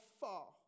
far